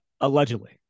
allegedly